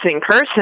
person